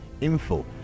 info